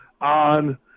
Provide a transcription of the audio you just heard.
on